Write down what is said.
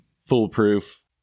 foolproof